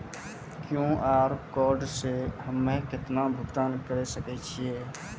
QR code से हम्मय केतना भुगतान करे सके छियै?